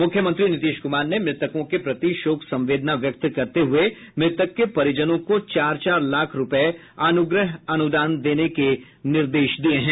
मुख्यमंत्री नीतीश कुमार ने मृतकों के प्रति शोक संवेदना व्यक्त करते हुये मृतक के परिजनों को चार चार लाख रुपये अनुग्रह अनुदान देने के निर्देश दिया है